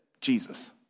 Jesus